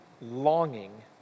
longing